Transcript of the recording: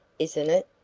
isn't it?